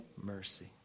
mercy